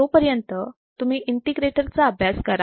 तोपर्यंत तुम्ही इंटिग्रेटर चा अभ्यास करा